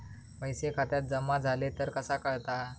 पैसे खात्यात जमा झाले तर कसा कळता?